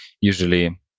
usually